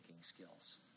skills